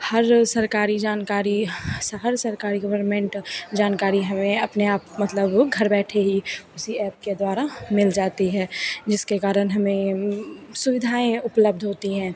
हर सरकारी जानकारी हर सरकारी गवर्मेंट जानकारी हमें अपने आप मतलब घर बैठे ही उसी ऐप के द्वारा मिल जाती है जिसके कारण हमें सुविधाएँ उपलब्ध होती हैं